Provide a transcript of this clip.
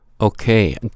Okay